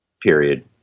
Period